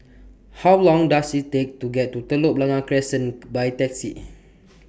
How Long Does IT Take to get to Telok Blangah Crescent By Taxi